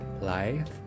life